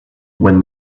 when